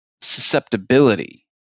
susceptibility